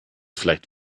vielleicht